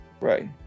Right